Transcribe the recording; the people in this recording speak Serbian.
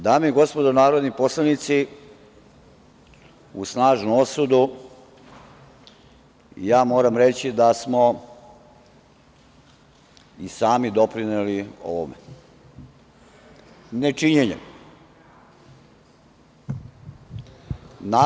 Dame i gospodo narodni poslanici, uz snažnu osudu, ja moram reći da smo i sami doprineli ovome nečinjenjem.